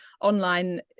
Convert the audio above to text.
online